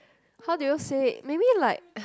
how do you say it maybe like